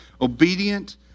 Obedient